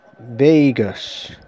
Vegas